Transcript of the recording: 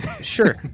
Sure